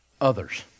others